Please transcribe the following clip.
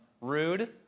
rude